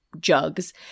jugs